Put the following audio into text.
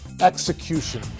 execution